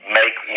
make